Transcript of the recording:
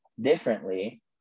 differently